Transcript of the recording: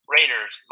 Raiders